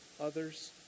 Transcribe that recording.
others